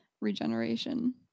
regeneration